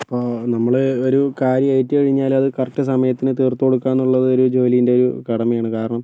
അപ്പോൾ നിങ്ങള് ഒരു കാര്യം ഏറ്റുകഴിഞ്ഞാല് അത് കറക്റ്റ് സമയത്തിനു തീർത്തുകൊടുക്കുക എന്നുള്ളത് ഒരു ജോലിൻ്റെ ഒരു കടമയാണ് കാരണം